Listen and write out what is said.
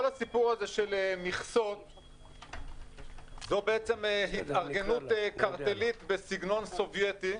כל הסיפור הזה של מכסות זה בעצם התארגנות קרטלית בסגנון סובייטי,